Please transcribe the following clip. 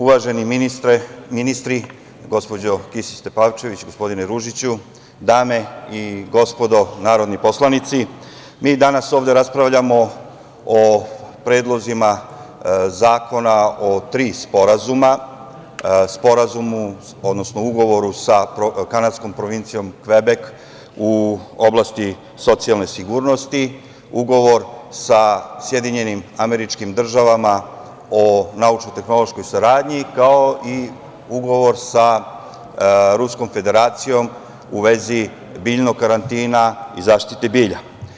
Uvaženi ministri, gospođo Kisić Tepavčević, gospodine Ružiću, dame i gospodo narodni poslanici, mi danas ovde raspravljamo o predlozima zakona o tri sporazuma, Sporazumu, odnosno Ugovoru sa kanadskom provincijom Kvebek u oblasti socijalne sigurnosti, Ugovor sa SAD o naučno-tehnološkoj saradnji, kao i Ugovor sa Ruskom Federacijom u vezi biljnog karantina i zaštiti bilja.